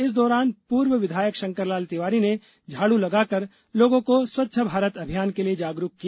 इस दौरान पूर्व विधायक शंकरलाल तिवारी ने झाड़ू लगाकर लोगों को स्वच्छ भारत अभियान के लिए जागरूक किया